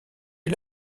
est